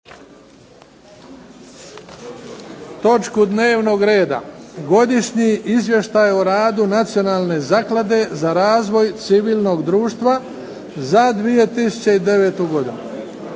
je razmotrio godišnji izvještaj o radu Nacionalne zaklade za razvoj civilnog društva za 2009. godinu